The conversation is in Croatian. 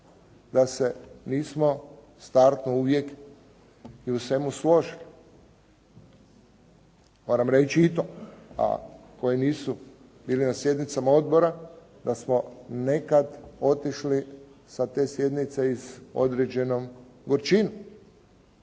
da se nismo startno uvijek i u svemu složili. Moram reći i to, a koji nisu bili na sjednicama odbora, da smo nekad otišli sa te sjednice i s određenom gorčinom